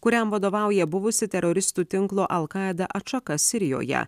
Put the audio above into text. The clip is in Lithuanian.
kuriam vadovauja buvusi teroristų tinklo alkaida atšaka sirijoje